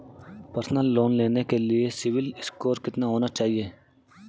Personal loan लेने के लिए सिबिल स्कोर कितना होना चाहिए?